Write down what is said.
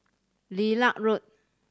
Lilac Road